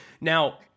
Now